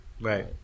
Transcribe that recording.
Right